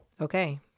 okay